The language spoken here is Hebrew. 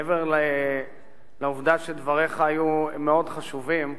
מעבר לעובדה שדבריך היו מאוד חשובים,